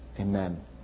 Amen